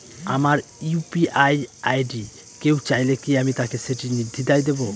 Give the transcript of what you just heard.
আমার UPI ID কেউ চাইলে কি আমি তাকে সেটি নির্দ্বিধায় দেব?